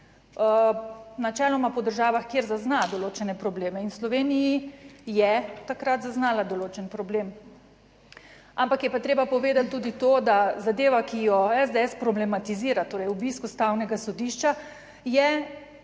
načeloma po državah, kjer zazna določene probleme in v Sloveniji je takrat zaznala določen problem, ampak je pa treba povedati tudi to, da zadeva, ki jo SDS problematizira, torej obisk ustavnega sodišča je